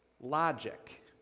logic